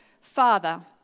Father